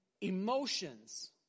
emotions